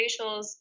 facials